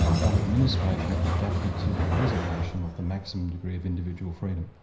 ah but administration adapted to the preservation of the maximum degree of individual freedom.